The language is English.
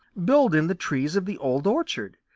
build in the trees of the old orchard?